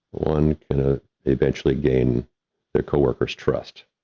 one can ah eventually gain their co-worker's trust.